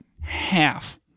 Half